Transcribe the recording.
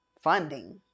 funding